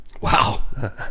Wow